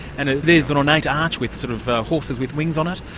and there's an ornate arch with sort of horses with wings on it,